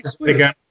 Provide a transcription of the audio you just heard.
again